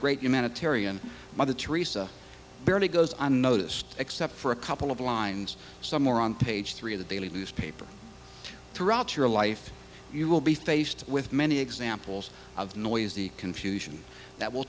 great humanitarian mother teresa barely goes unnoticed except for a couple of lines somewhere on page three of the daily newspaper throughout your life you will be faced with many examples of noisy confusion that w